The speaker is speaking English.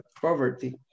poverty